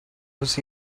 was